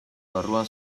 barruan